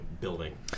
building